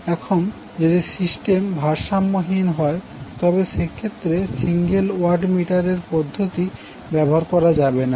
এখন যদি সিস্টেম ভারসাম্যহীন হয় তবে সেক্ষেত্রে সিঙ্গেল ওয়াট মিটার এর পদ্ধতি ব্যবহার করা যাবে না